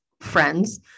friends